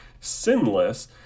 sinless